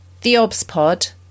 theobspod